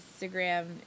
Instagram